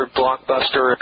blockbuster